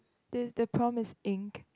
the the prompt is ink